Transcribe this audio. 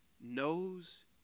knows